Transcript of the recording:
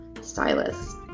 stylus